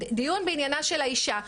דיון בעניינה של האישה.